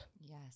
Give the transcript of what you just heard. Yes